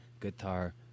guitar